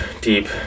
deep